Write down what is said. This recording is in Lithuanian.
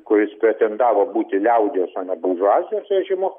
kuris pretendavo būti liaudies o ne buržuazijos režimu